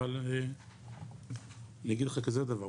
אבל אני אגיד לך כזה דבר,